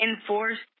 enforced